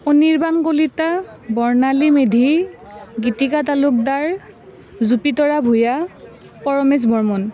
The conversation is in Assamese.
অনিৰ্বাণ কলিতা বৰ্ণালী মেধি গীতিকা তালুকদাৰ জুপিতৰা ভূঞা পৰমেশ বৰ্মন